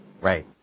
Right